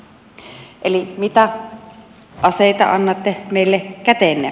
eli mitä aseita annatte meille käteemme